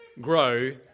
grow